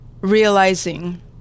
realizing